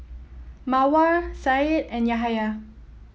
Mawar Syed and Yahaya